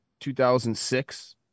2006